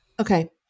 Okay